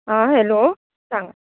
आं हॅलो सांगांत